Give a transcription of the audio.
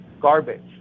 garbage